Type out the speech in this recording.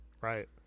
Right